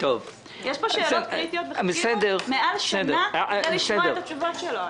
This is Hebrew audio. יש פה שאלות קריטיות וחיכינו יותר משנה כדי לשמוע את התשובות שלו.